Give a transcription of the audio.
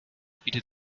bietet